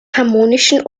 harmonischen